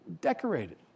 decorated